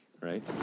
right